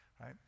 right